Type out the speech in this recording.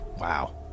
wow